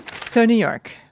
so new york,